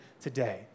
today